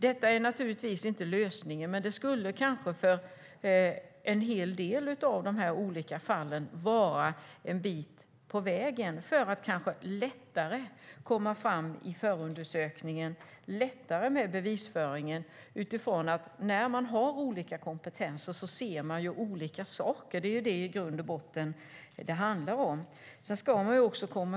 Detta är naturligtvis inte en lösning, men kompetens skulle kanske för en hel del av fallen vara en bit på vägen för att lättare komma framåt i bevisföringen i förundersökningen. När det finns olika kompetenser ser man olika saker. Det är vad det i grund och botten handlar om.